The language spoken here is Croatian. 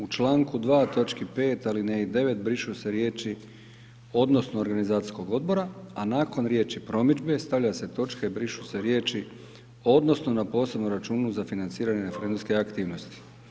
U članku 2. točki 5. alineji 9. brišu se riječi: „odnosno organizacijskog odbora“, a nakon riječi: „promidžbe“ stavlja se točka i brišu se riječi: „odnosno na posebnom računu za financiranje referendumske aktivnosti“